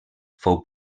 fou